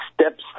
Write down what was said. steps